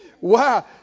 Wow